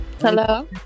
hello